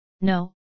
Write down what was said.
No